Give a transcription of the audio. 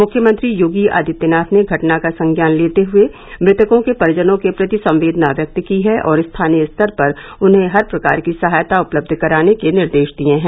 मुख्यमंत्री योगी आदित्यनाथ ने घटना का संज्ञान लेते हुए मृतकों के परिजनों के प्रति संवेदना व्यक्त की है और स्थानीय स्तर पर उन्हें हर प्रकार की सहायता उपलब्ध कराने के निर्देश दिए हैं